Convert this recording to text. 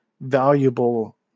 valuable